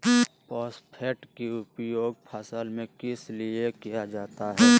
Phosphate की उपयोग फसल में किस लिए किया जाता है?